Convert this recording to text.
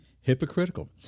hypocritical